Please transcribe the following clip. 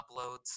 uploads